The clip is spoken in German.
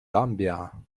gambia